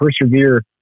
persevere